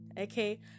okay